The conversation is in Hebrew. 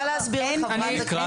שונים.